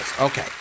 Okay